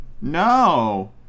No